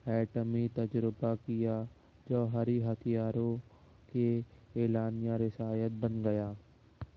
ایٹمی تجربہ کیا جوہری ہتھیاروں کے اعلانیہ رسائد بن گیا